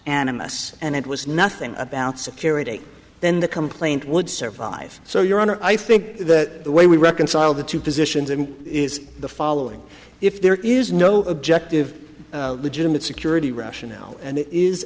animists and it was nothing about security then the complaint would survive so your honor i think that the way we reconcile the two positions in is the following if there is no objective legitimate security rationale and it is